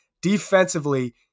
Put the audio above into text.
Defensively